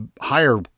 higher